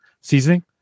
seasoning